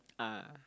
ah